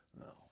No